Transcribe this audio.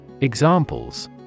Examples